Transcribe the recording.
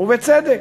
ובצדק.